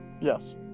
Yes